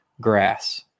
grass